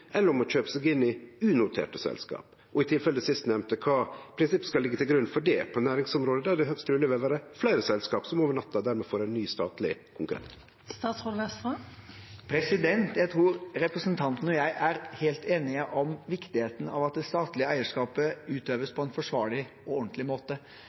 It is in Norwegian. eller om å kjøpe seg inn i unoterte selskap. I tilfelle det sistnemnde, kva prinsipp skal liggje til grunn for det på næringsområdet, der det truleg vil vere fleire selskap som over natta dermed får ein ny statleg konkurrent? Jeg tror representanten og jeg er helt enige om viktigheten av at det statlige eierskapet utøves på en forsvarlig og ordentlig måte.